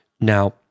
Now